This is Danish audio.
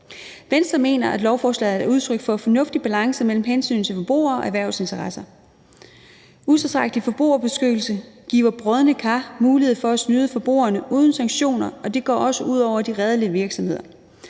Venstre mener, at lovforslaget er et udtryk for en fornuftig balance mellem hensynet til forbrugere og erhvervsinteresser. Utilstrækkelig forbrugerbeskyttelse giver brodne kar mulighed for at snyde forbrugerne uden sanktioner, og det går også ud over de redelige virksomheder.